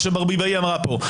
מה שברביאי אמרה פה.